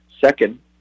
second